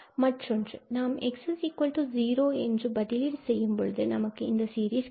மற்றொன்று நாம் x0 என்ற பதிலீடு செய்யும் பொழுது நமக்கு இந்த சீரிஸ் கிடைக்கும்